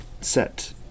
set